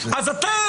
אז אתם,